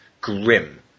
grim